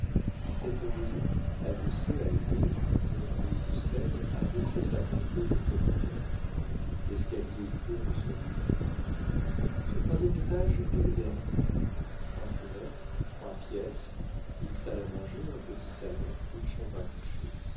cette maison adossée à une autre qui donne rue de seine a nécessairement peu de profondeur l'escalier y tourne sur lui-même ce troisième étage est le dernier trois fenêtres trois pièces une salle à manger un petit salon une chambre à coucher